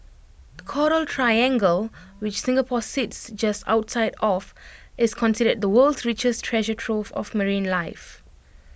the Coral triangle which Singapore sits just outside of is considered the world's richest treasure trove of marine life